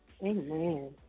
Amen